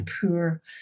poor